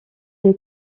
une